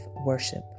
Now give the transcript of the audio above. Worship